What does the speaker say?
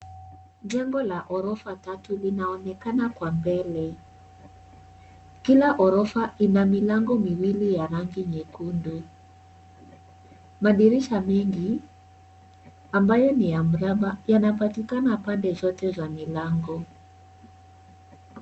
Jengo la ghorofa tatu linaonekana kwa mbele. Kila ghorofa ina milango miwili ya rangi nyekundu. Madirisha mengi ambayo ni ya mraba yanapatikana pande zote za milango.